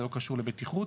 זה לא קשור לבטיחות.